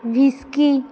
whisky